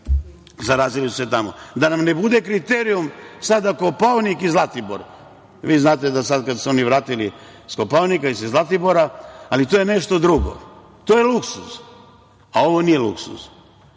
zarazili su se tamo. Da nam ne bude kriterijum sada Kopaonik i Zlatibor. Vi znate sad kad su se vratili sa Kopaonika i sa Zlatibora, ali to je nešto drugo, to je luksuz, a ovo nije luksuz.